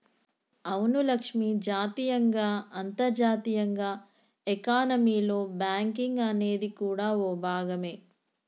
అవును లక్ష్మి జాతీయంగా అంతర్జాతీయంగా ఎకానమీలో బేంకింగ్ అనేది కూడా ఓ భాగమే